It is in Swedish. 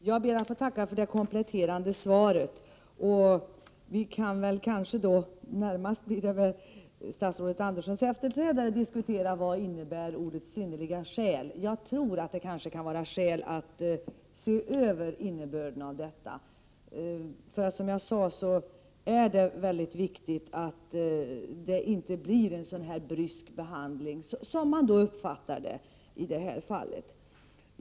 Herr talman! Jag ber att få tacka för det kompletterande svaret. Det blir närmast med statsrådet Anderssons efterträdare som vi kan diskutera vad uttrycket synnerliga skäl innebär. Jag tror att det kan vara anledning att se över innebörden av detta uttryck. Det är mycket viktigt att det inte blir en så brysk behandling som man kan uppfatta att det varit i det här fallet.